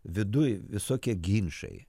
viduj visokie ginčai